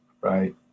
right